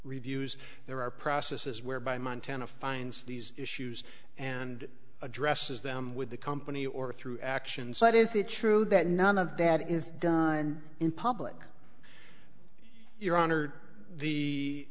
reviews there are processes whereby montana finds these issues and addresses them with the company or through actions that is it true that none of that is done in public your honor the